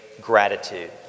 gratitude